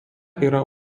yra